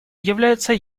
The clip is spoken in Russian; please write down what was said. является